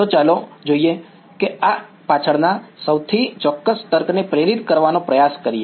તો ચાલો જોઈએ કે આ ઓકે પાછળના સૌથી ચોક્કસ તર્કને પ્રેરિત કરવાનો પ્રયાસ કરીએ